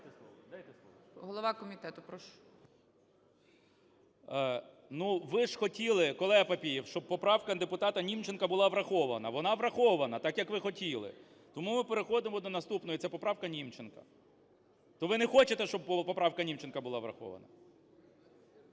прошу. 11:34:44 КНЯЖИЦЬКИЙ М.Л. Ну, ви ж хотіли, колега Папієв, щоб поправка депутата Німченка була врахована, вона врахована, так, як ви хотіли. Тому ми переходимо до наступної, це поправка Німченка. То ви не хочете, щоб поправка Німченка була врахована?